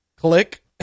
click